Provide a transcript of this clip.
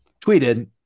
tweeted